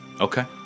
Okay